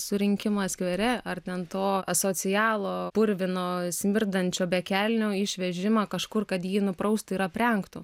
surinkimą skvere ar ten to asocialo purvino smirdančio bekelnio išvežimą kažkur kad jį nupraustų ir aprengtų